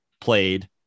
played